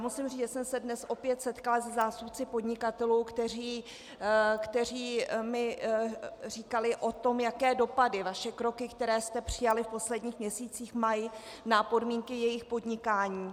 Musím říct, že jsem se dnes opět setkala se zástupci podnikatelů, kteří mi říkali o tom, jaké dopady vaše kroky, které jste přijali v posledních měsících, mají na podmínky jejich podnikání.